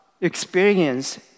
experience